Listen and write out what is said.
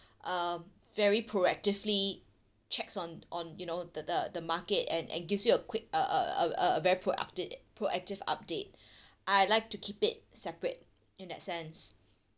uh very proactively checks on on you know the the the market and and gives you a quick uh uh uh a very proacti~ proactive update I like to keep it separate in that sense